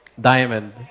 Diamond